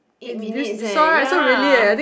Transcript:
eight minutes eh ya